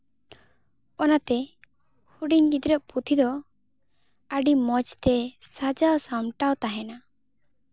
ᱚᱱᱟᱛᱮ ᱦᱩᱰᱤᱧ ᱜᱤᱫᱽᱨᱟᱹᱣᱟᱜ ᱯᱩᱛᱷᱤ ᱫᱚ ᱟᱹᱰᱤ ᱢᱚᱡᱽ ᱛᱮ ᱥᱟᱡᱟᱣ ᱥᱟᱢᱴᱟᱣ ᱛᱟᱦᱮᱱᱟ